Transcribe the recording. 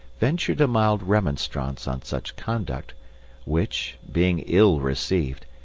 ventured a mild remonstrance on such conduct which, being ill-received,